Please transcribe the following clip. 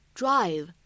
drive